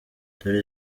dore